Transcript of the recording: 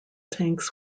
tanks